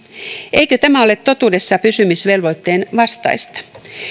eikö tämä ole totuudessa pysymisen velvoitteen vastaista